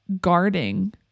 guarding